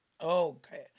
Okay